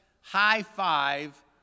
high-five